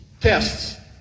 tests